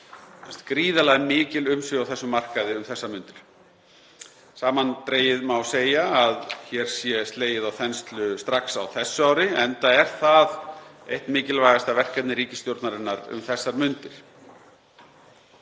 sagt gríðarlega mikil umsvif á þessum markaði um þessar mundir. Samandregið má segja að hér sé slegið á þenslu strax á þessu ári enda er það eitt mikilvægasta verkefni ríkisstjórnarinnar um þessar mundir.